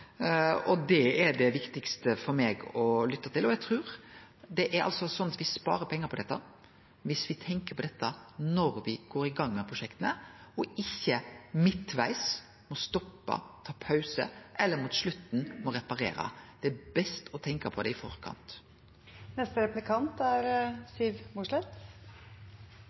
og det er det viktigaste for meg å lytte til. Eg trur det er sånn at me sparer pengar på dette dersom me tenkjer på dette når me går i gang med prosjekta, og ikkje midtvegs må stoppe, ta pausar eller mot slutten må reparere. Det er best å tenkje på det i forkant. Ministeren sa i sitt innlegg at sertifiseringsordningen CEEQUAL er